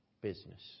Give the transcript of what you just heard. business